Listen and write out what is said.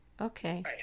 Okay